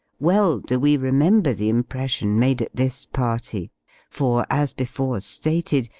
well do we remember the impression made at this party for, as before stated,